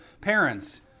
parents